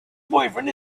boyfriend